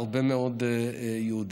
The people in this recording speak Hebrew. הרבה מאוד יהודים.